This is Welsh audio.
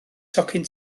tocyn